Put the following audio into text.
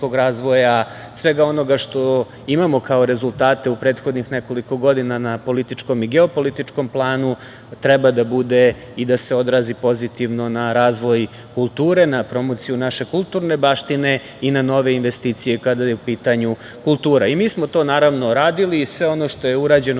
razvoja, svega onoga što imamo kao rezultate u prethodnih nekoliko godina na političkom i geopolitičkom planu, treba da bude i da se odrazi pozitivno na razvoj kulture, na promociju naše kulturne baštine i na nove investicije, kada je u pitanju kultura. Mi smo to, naravno, radili i sve ono što je urađeno